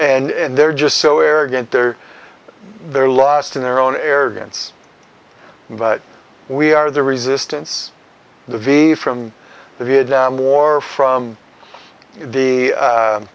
and they're just so arrogant they're they're lost in their own arrogance but we are the resistance the v from the vietnam war from the